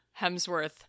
hemsworth